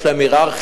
יש להם הייררכיה,